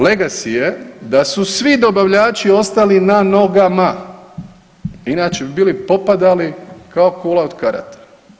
Legacy je da su svi dobavljači ostali na nogama, inače bi bili popadali kao kula od karata.